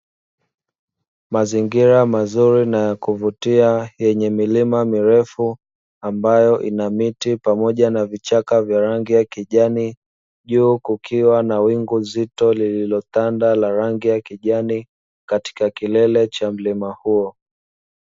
Mazingira mazuri na ya kuvutia yenye milima mirefu ambayo ina miti pamoja na vichaka vya rangi ya kijani, juu kukiwa na wingu zito lililotanda la rangi ya kijani katika kilele cha mlima huo.